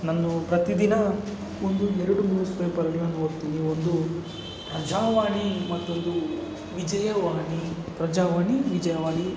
ನನ್ನು ಪ್ರತಿದಿನ ಒಂದು ಎರಡು ನ್ಯೂಸ್ ಪೇಪರ್ಗಳನ್ನು ಓದ್ತೀನಿ ಒಂದು ಪ್ರಜಾವಾಣಿ ಮತ್ತೊಂದು ವಿಜಯವಾಣಿ ಪ್ರಜಾವಾಣಿ ವಿಜಯವಾಣಿ